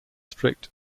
strict